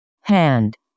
hand